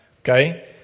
Okay